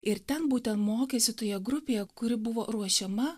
ir ten būtent mokėsi toje grupėje kuri buvo ruošiama